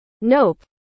Nope